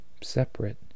separate